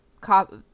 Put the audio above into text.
cop